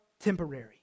temporary